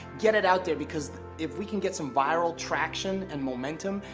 get it out there, because if we can get some viral traction and momentum,